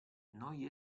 noi